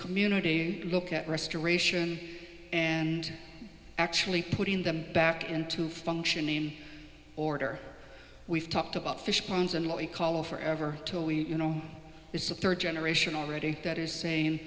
community look at restoration and actually putting them back into function in order we've talked about fish ponds and what we call a forever till we you know there's a third generation already that is saying